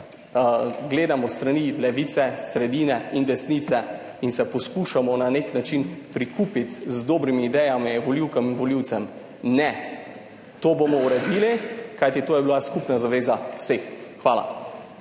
gledamo s strani levice, sredine in desnice in se poskušamo na nek način prikupiti z dobrimi idejami volivkam in volivcem. Ne, to bomo uredili, kajti to je bila skupna zaveza vseh. Hvala.